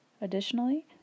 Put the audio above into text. Additionally